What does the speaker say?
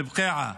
אל-בוקיעה.